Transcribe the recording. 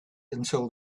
until